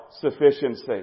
sufficiency